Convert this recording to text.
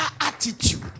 attitude